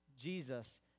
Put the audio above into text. Jesus